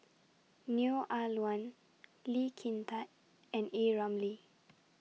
Neo Ah Luan Lee Kin Tat and A Ramli